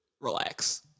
relax